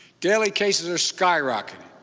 daily cases are skyrocketing.